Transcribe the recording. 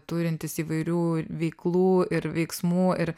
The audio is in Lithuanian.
turintys įvairių veiklų ir veiksmų ir